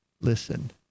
Listen